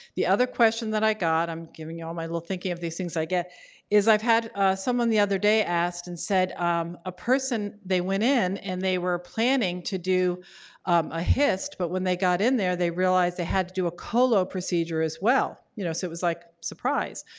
the other question that i got i'm giving you all my little thinking of these things i get is i had someone the other day asked and said um a person they went in and they were planning to do a hyst, but when they got in there they realized they had to do a colo procedure as well. you know, so it was like, surprise.